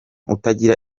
utagira